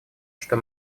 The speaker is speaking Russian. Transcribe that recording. что